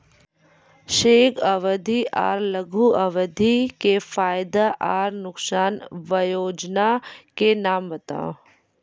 दीर्घ अवधि आर लघु अवधि के फायदा आर नुकसान? वयोजना के नाम बताऊ?